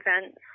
events